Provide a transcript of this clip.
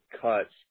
cuts